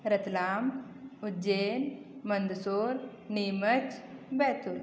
Ratlam Ujjain Mandsaur Neemuch Betul